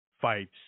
fights